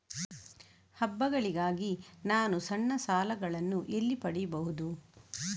ಹಬ್ಬಗಳಿಗಾಗಿ ನಾನು ಸಣ್ಣ ಸಾಲಗಳನ್ನು ಎಲ್ಲಿ ಪಡಿಬಹುದು?